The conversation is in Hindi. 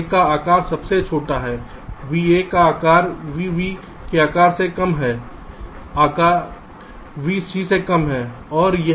A का आकार सबसे छोटा है v A का आकार v B के आकार से कम है आकार v C से कम है